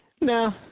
No